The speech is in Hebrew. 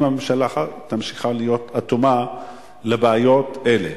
אם הממשלה ממשיכה להיות אטומה לבעיות אלה.